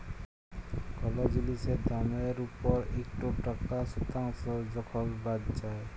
call জিলিসের দামের উপর ইকট টাকা শতাংস যখল বাদ যায়